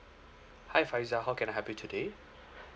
hi faizal how can I help you today